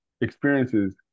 experiences